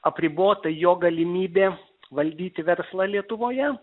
apribota jo galimybė valdyti verslą lietuvoje